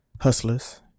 Hustlers